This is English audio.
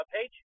page